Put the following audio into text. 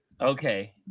okay